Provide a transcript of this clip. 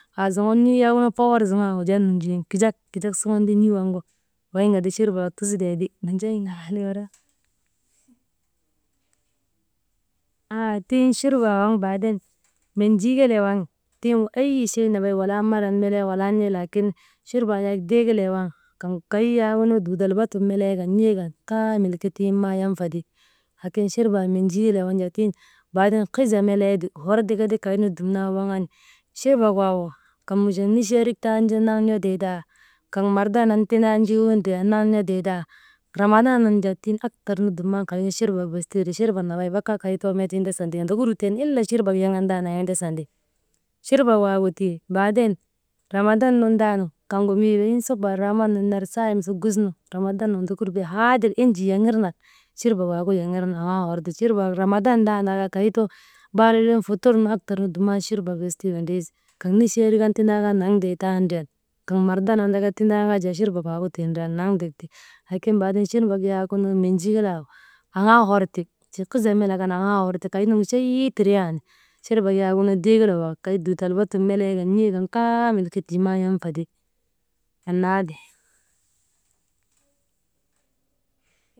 Aasuŋun n̰uu yak fawar zoŋoo waŋgu wujaa nunjinin kijak, kijak suŋun ti n̰uu waŋgu bayin ka ti churbanu ka ti churbanu tusitee ti «hesitation». Aa tiŋ churbaa waŋ baaden menjii kelee waŋ tiŋ eyi chey nambay, wala marat nenee wala n̰e laakin churbaa yak dee kelee waŋ kaŋ, kay yak duudal Batum melee kan n̰ee kan kaamil ti tiŋ maayanfa ti, baden churbaa menjii waŋ jaa tiŋ baaden hiza melee ti hor ti kati, kaynu dumnan woŋon, churbak waagu kaŋ muchoŋ nicheerik tanju, naŋ n̰otee taa,, kaŋ mardan ti tindaanu ju met n̰otee taa. Ramadan nun jaa tiŋ aktar nu dumnan kaynu churbaa bes ta windrii, churbaa nambay bakkaa kay too met windasandi, ondokur tuyoonu illa churbak yaŋan tandan indasandi. Churbak waagu tii, baaden ramadan nun taanu kaŋgu mii weyiŋ subu araaman nun ner sayim su gusnu, ramadan ondokur bee haadir enjii yaŋir naŋ, churbak waagu yaŋirnu aŋaa horti churbak ramadan tandaakaa, kay too bar windrin, futur nu aktar nu dum churbaa bes ti windrii kaŋ nicheerik an tindaa kaa naŋ tee taa ndriyan, kaŋ mardan an tindaa kaa chur bak wak driyan naŋ tek ti, laakin baaden churbak yak menjii kelek waagu aŋaa hor ti tii hiza melek an aŋaa hor ti kaynugu chey tidriyandi, churbak yak dee kelek wak kay duudal batun melee kan n̰ee kan kaamil tii maa yanfa ti annna ti.